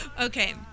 Okay